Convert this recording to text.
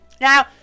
Now